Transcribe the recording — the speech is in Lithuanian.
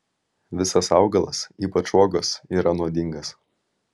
visas augalas ypač uogos yra nuodingas